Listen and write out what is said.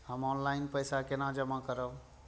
हम ऑनलाइन पैसा केना जमा करब?